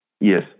Yes